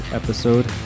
episode